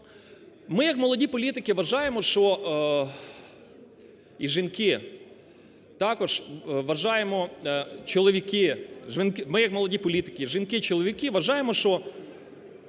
Ми як молоді політики вважаємо, що, і жінки, також вважаємо… чоловіки… Ми як молоді політики, жінки і чоловіки, вважаємо, що